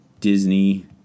Disney